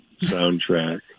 soundtrack